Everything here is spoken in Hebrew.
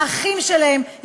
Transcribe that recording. האחיות.